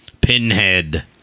Pinhead